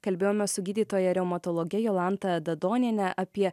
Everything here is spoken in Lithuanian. kalbėjome su gydytoja reumatologe jolanta dadoniene apie